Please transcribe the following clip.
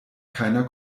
keiner